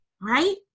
right